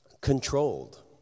controlled